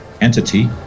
entity